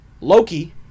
Loki